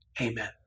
Amen